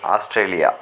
Australia